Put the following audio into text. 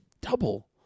double